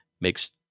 makes